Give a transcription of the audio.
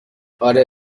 اره